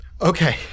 Okay